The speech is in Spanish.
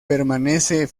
permanece